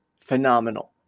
Phenomenal